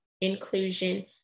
inclusion